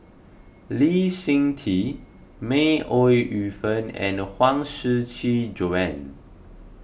Lee Seng Tee May Ooi Yu Fen and Huang Shiqi Joan